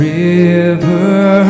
river